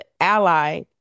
ally